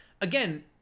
again